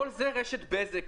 כל זה רשת בזק,